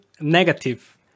negative